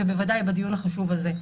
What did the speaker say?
בוודאי בדיון החשוב הזה.